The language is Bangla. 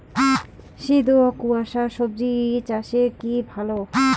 শীত ও কুয়াশা স্বজি চাষে কি ভালো?